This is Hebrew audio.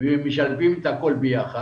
ומשלבים הכול ביחד